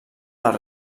les